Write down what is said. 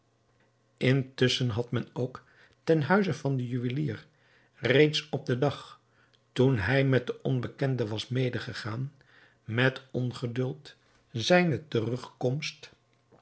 intusschen had men ook ten huize van den juwelier reeds op den dag toen hij met den onbekende was medegegaan met ongeduld zijne terugkomst